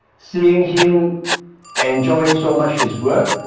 seeing him enjoying so much his work,